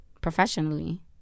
professionally